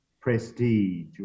prestige